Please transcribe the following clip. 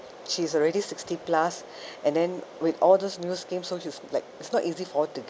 she's already sixty plus and then with all those new scheme so she's like it's not easy for her to